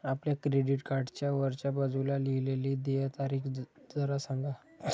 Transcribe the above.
आपल्या क्रेडिट कार्डच्या वरच्या बाजूला लिहिलेली देय तारीख जरा सांगा